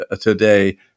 today